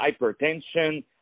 hypertension